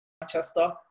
Manchester